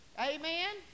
Amen